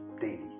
daily